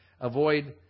Avoid